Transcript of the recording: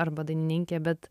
arba dainininkė bet